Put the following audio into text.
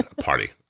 Party